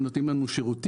הם נותנים לנו שירותים,